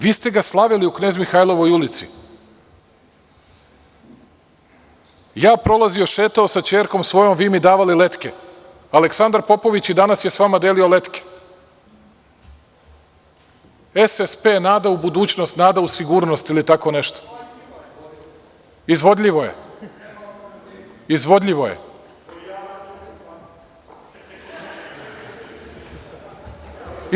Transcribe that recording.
Vi ste ga slavili u Knez Mihajlovoj ulici, prolazio sam, šetao sa ćerkom svojom, vi mi davali letke, Aleksandar Popović i danas je sa vama, delio je letke, „SSP – nada u budućnosti ili nada u sigurnost, tako nešto“, „izvodljivo je“